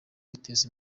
bateza